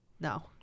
no